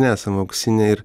nesam auksiniai ir